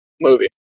movie